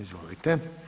Izvolite.